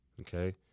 Okay